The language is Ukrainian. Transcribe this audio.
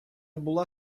була